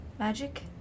Magic